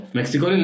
Mexico